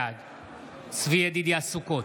בעד צבי ידידיה סוכות,